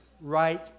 right